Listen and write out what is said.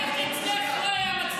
איך אצלך לא הייתה מצלמה?